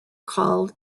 called